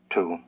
Two